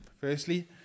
Firstly